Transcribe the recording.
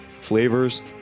flavors